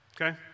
Okay